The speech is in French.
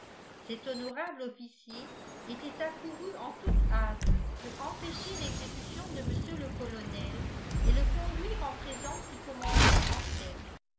cet honorable officier était accouru en toute hâte pour empêcher l'exécution de mr le colonel et le conduire en présence du commandant en chef